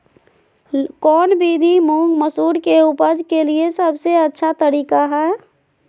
कौन विधि मुंग, मसूर के उपज के लिए सबसे अच्छा तरीका है?